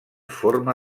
forma